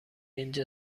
اینجا